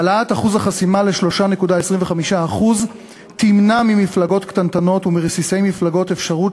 העלאת אחוז החסימה ל-3.25% תמנע ממפלגות קטנטנות ומרסיסי מפלגות אפשרות